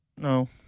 no